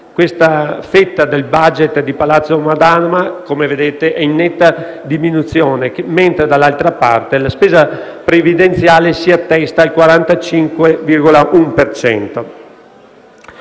Questa fetta del *budget* di Palazzo Madama, come vedete, è in netta diminuzione, mentre, dall'altra parte, la spesa previdenziale si attesta al 45,1